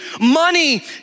money